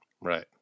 right